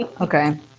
Okay